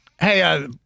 Hey